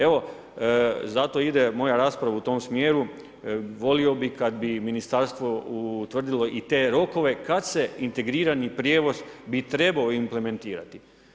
Evo zato ide moja rasprava u tom smjeru, volio bih kada bi ministarstvo utvrdilo i te rokove kada se integrirani prijevoz bi trebao implementirati.